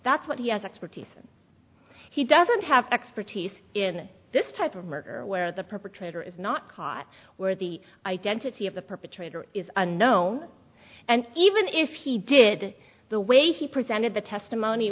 that's what he has expertise he doesn't have expertise in this type of murder where the perpetrator is not caught where the identity of the perpetrator is unknown and even if he did the way he presented the testimony